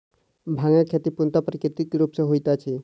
भांगक खेती पूर्णतः प्राकृतिक रूप सॅ होइत अछि